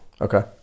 Okay